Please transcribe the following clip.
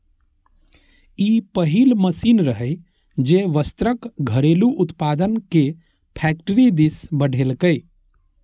ई पहिल मशीन रहै, जे वस्त्रक घरेलू उत्पादन कें फैक्टरी दिस बढ़ेलकै